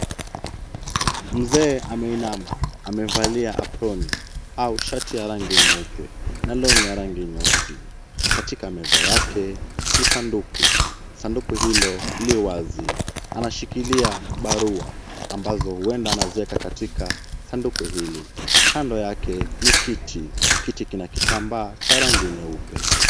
Mzee ameinama amevalia aproni au shati ya rangi nyeupe na long'i ya rangi nyeusi. Katika meza yake ni sanduku. Sanduku hilo li wazi, anashikilia barua ambazo huenda anazieka katika sanduku hili. Kando yake ni kiti. Kiti kina kitambaa cha rangi nyeupe.